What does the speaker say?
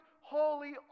holy